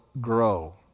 grow